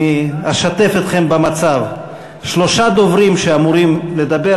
אני אשתף אתכם במצב: שלושה דוברים שאמורים לדבר